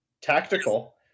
Tactical